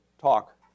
talk